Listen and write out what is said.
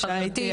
חברתי,